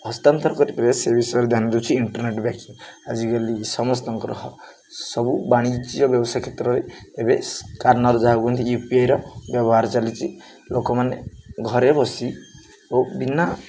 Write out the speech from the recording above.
ହସ୍ତତନ୍ତ କରିପାରିବା ସେ ବିଷୟରେ ଧ୍ୟାନ ଦେଉଛି ଇଣ୍ଟରନେଟ ବ୍ୟାଙ୍କିଂ ଆଜିକାଲି ସମସ୍ତଙ୍କର ସବୁ ବାଣିଜ୍ୟ ବ୍ୟବସାୟ କ୍ଷେତ୍ରରେ ଏବେ ସ୍କାନର ଯାହାକୁ କହନ୍ତି ୟୁପିଆଇର ବ୍ୟବହାର ଚାଲିଛି ଲୋକମାନେ ଘରେ ବସି ଓ ବିନା